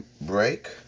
break